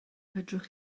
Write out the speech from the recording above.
fedrwch